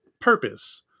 Purpose